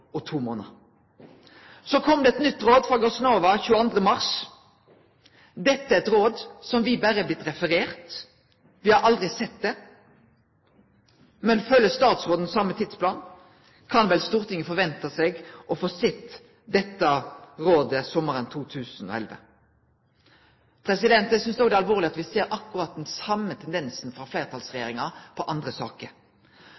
og to månader. Så kom det eit nytt råd frå Gassnova 22. mars. Dette er eit råd som me berre har fått referert. Me har aldri sett det. Men følgjer statsråden den same tidsplanen, kan vel Stortinget vente å få sjå dette rådet sommaren 2011. Eg synest òg det er alvorleg at me ser akkurat den same tendensen frå